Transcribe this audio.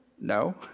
No